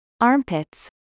armpits